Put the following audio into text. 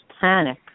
panic